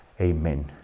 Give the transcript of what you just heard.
Amen